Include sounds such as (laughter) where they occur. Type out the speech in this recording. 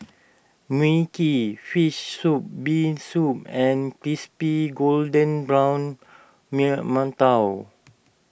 Mui Kee Fish Soup Bee Soup and Crispy Golden Brown (unintelligible) Mantou